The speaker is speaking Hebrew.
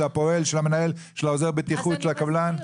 של הפועל, של המנהל, של עוזר הבטיחות ושל הקבלן?